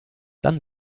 dann